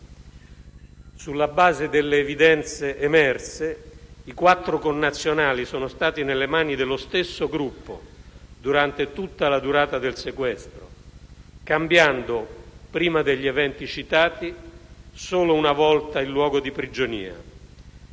Sulla base delle evidenze emerse, i quattro connazionali sono stati nelle mani dello stesso gruppo durante tutta la durata del sequestro, cambiando, prima degli eventi citati, solo una volta il luogo di prigionia.